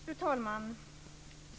Fru talman!